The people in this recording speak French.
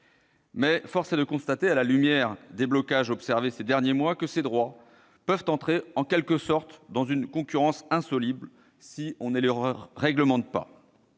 néanmoins de constater, à la lumière des blocages observés ces derniers mois, que ces droits peuvent entrer en quelque sorte dans une concurrence insoluble si on ne les réglemente pas.